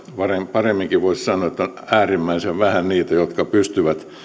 paremminkin voisi sanoa että on äärimmäisen vähän niitä jotka pystyvät